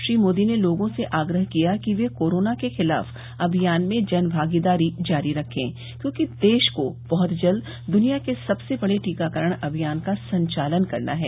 श्री मोदी ने लोगों से आग्रह किया कि वे कोरोना के खिलाफ अभियान में जनभागीदारी जारी रखें क्योंकि देश को बहुत जल्द दुनिया के सबसे बड़े टीकाकरण अभियान का संचालन करना है